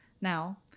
Now